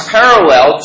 parallel